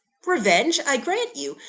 revenge, i grant you.